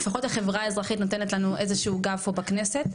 לפחות החברה האזרחית נותנת לנו איזה שהוא גב פה בכנסת.